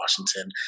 Washington